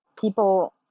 people